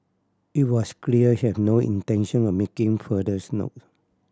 it was clear she have no intention of making furthers note